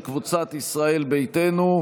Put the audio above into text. של קבוצת ישראל ביתנו.